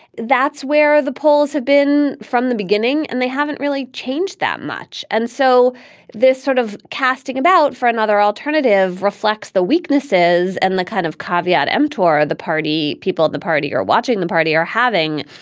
that's where the polls have been from the beginning and they haven't really changed that much. and so this sort of casting about for another alternative reflects the weaknesses and the kind of caveat emptor the party, people in the party or watching the party are having,